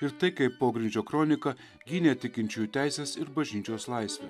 ir tai kaip pogrindžio kronika gynė tikinčiųjų teises ir bažnyčios laisvę